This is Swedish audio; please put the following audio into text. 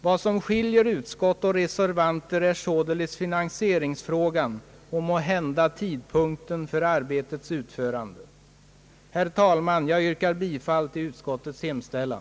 Vad som skiljer utskott och reservanter är således finansieringsfrågan och måhända tidpunkten för arbetets utförande. Herr talman! Jag yrkar bifall till utskottets hemställan.